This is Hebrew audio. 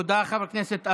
תודה לחבר הכנסת ארבל.